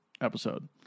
episode